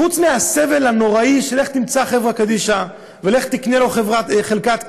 חוץ מהסבל הנוראי של לך תמצא חברה קדישא ולך תקנה לו חלקת קבר,